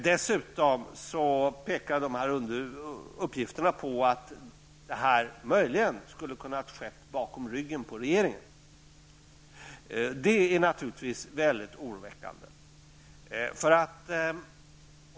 Uppgifterna pekade dessutom på att detta möjligen skulle kunna ha skett bakom ryggen på regeringen. Det är naturligtvis väldigt oroväckande.